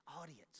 audience